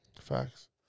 Facts